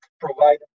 provide